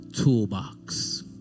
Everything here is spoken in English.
toolbox